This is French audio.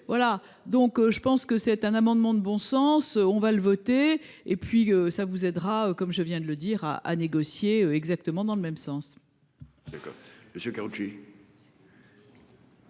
Voilà donc je pense que c'est un amendement de bon sens on va le voter et puis ça vous aidera comme je viens de le dire à à négocier exactement dans le même sens.